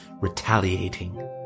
retaliating